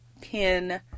pin